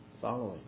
following